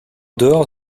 dehors